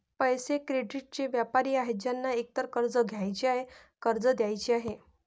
पैसे, क्रेडिटचे व्यापारी आहेत ज्यांना एकतर कर्ज घ्यायचे आहे, कर्ज द्यायचे आहे